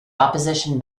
opposition